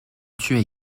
tué